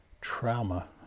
trauma